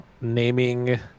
naming